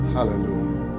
Hallelujah